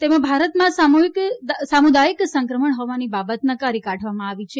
તેમાં ભારતમાં સામુદાયિક સંક્રમણ હોવાની બાબત નકારી કાઢવામાં આવી છે